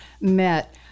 met